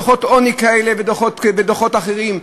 דוחות עוני כאלה ודוחות אחרים,